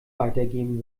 weitergeben